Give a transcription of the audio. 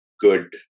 good